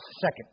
Second